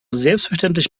selbstverständlich